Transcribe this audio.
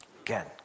Again